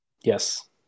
Yes